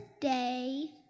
day